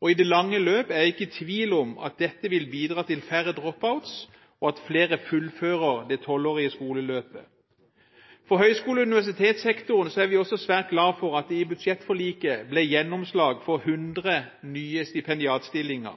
og i det lange løp er jeg ikke i tvil om at dette vil bidra til færre drop-outs og at flere fullfører det tolvårige skoleløpet. På høyskole- og universitetssektoren er vi også svært glad for at det i budsjettforliket ble gjennomslag for 100 nye stipendiatstillinger.